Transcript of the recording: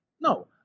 No